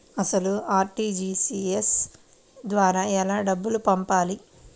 అసలు అర్.టీ.జీ.ఎస్ ద్వారా ఎలా డబ్బులు పంపాలి?